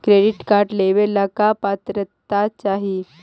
Credit card लेवेला का पात्रता चाही?